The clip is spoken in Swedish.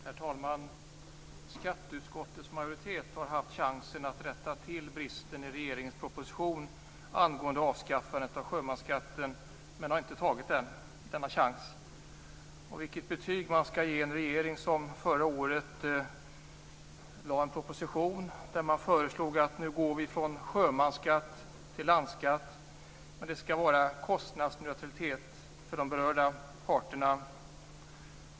Herr talman! Skatteutskottets majoritet har haft chansen att rätta till bristen i regeringens proposition angående avskaffande av sjömansskatten men har inte tagit denna chans. Vilket betyg skall man ge en regering som handlar på ett sådant sätt? Den lade förra året fram en proposition där det föreslogs att man skulle övergå från sjömansskatt till landbeskattning med kostnadsneutralitet för de berörda parterna.